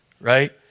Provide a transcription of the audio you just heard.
right